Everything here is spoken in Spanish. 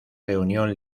reunión